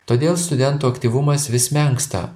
todėl studentų aktyvumas vis menksta